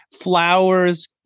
flowers